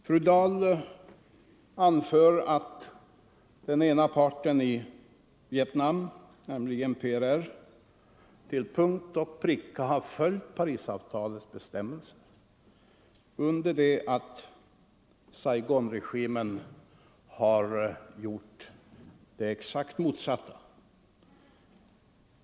Fru Dahl anförde att den ena parten i Vietnam, nämligen PRR, till punkt och pricka har följt Parisavtalets bestämmelser under det att Saigonregimen har gjort det exakt motsatta.